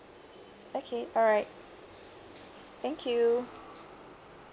okay alright thank you